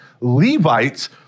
Levites